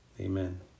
amen